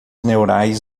neurais